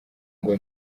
ngo